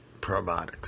probiotics